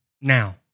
Now